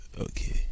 Okay